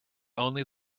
only